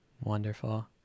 Wonderful